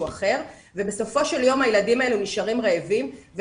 אחר ובסופו של יום הילדים האלה נשארים רעבים,